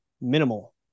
minimal